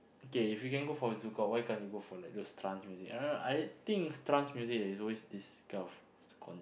okay if you can go for ZoukOut why can't you go for like those trance music I don't know I think is trance music that is always this kind of s~ con~